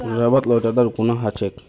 रबरत लोचदार गुण ह छेक